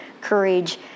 courage